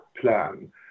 plan